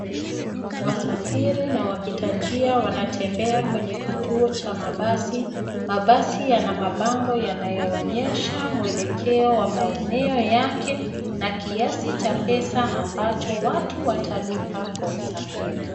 Wasafiri na wapita njia wanatembea kwenye kituo cha mabasi. Mabasi yana mabango yanayoonyesha mwelekeo wa maeneo yake na kiasi cha pesa ambacho watu watalipa kwa usafiri.